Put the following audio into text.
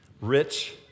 Rich